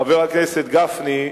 חבר הכנסת גפני,